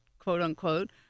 quote-unquote